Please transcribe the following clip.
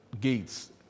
Gates